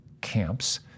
camps